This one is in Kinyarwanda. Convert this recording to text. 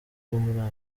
muri